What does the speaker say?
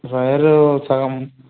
wire సగం